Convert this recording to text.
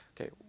Okay